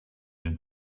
and